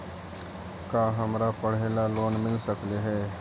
का हमरा पढ़े ल लोन मिल सकले हे?